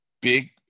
big